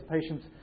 patients